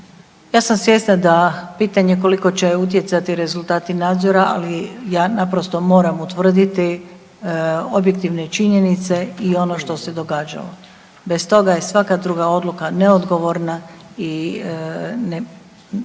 Ja sam svjesna da pitanje koliko će utjecati rezultati nadzora, ali ja naprosto moram utvrditi objektivne činjenice i ono što se događalo. Bez toga je svaka druga odluka neodgovorna i ne mogu